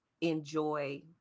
enjoy